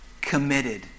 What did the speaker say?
committed